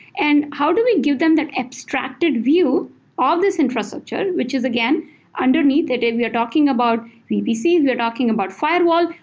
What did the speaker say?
and how do we give them that abstracted view of this infrastructure, which is again underneath it, if we're talking about vpc, if we're talking about firewall,